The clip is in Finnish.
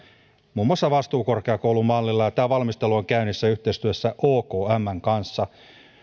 muun muassa vastuukorkeakoulumallilla ja tämä valmistelu on käynnissä yhteistyössä okmn kanssa